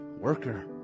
Worker